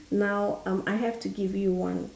now um I have to give you one